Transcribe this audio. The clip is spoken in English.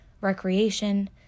recreation